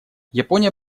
япония